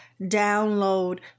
download